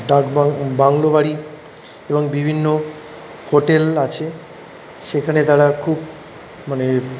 ডাক বাংলো বাড়ি এবং বিভিন্ন হোটেল আছে সেখানে তারা খুব মানে